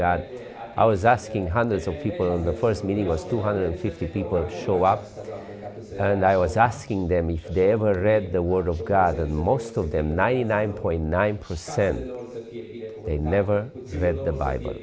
god i was asking hundreds of people on the first meeting was two hundred fifty people show up and i was asking them if they ever read the word of god and most of them ninety nine point nine percent they never read the bible